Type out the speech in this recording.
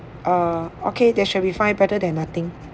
err okay that should be fine better than nothing